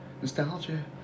nostalgia